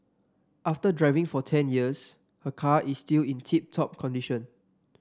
after driving for ten years her car is still in tip top condition